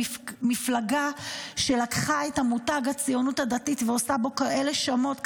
המפלגה שלקחה את המותג הציונות הדתית ועושה בו כאלה שמות,